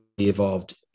evolved